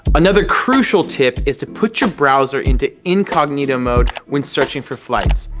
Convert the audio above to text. another crucial tip is to put your browser into incognito mode when searching for flights.